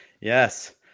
yes